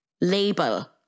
Label